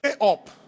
up